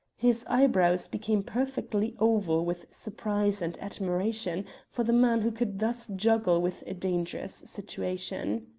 his eyebrows became perfectly oval with surprise and admiration for the man who could thus juggle with a dangerous situation.